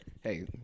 Hey